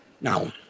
now